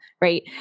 right